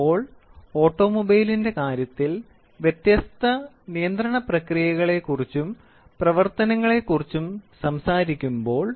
അതിനാൽ ഓട്ടോമൊബൈലിന്റെ കാര്യത്തിൽ വ്യത്യസ്ത നിയന്ത്രണ പ്രക്രിയകളെക്കുറിച്ചും പ്രവർത്തനങ്ങളെക്കുറിച്ചും സംസാരിക്കുമ്പോൾ